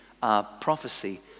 prophecy